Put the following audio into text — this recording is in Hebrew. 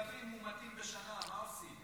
יש 30,000 כלבים מומתים בשנה, מה עושים?